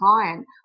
client